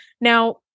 now